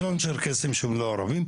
יש לנו צ'רקסים שהם לא ערבים.